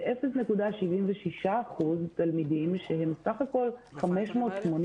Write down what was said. ו-0.76% תלמידים שהם סך הכול 580